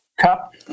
cup